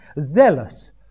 zealous